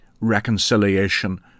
reconciliation